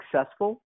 successful